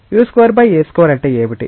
u2a2 అంటే ఏమిటి